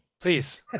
please